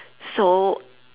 so